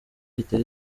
gitera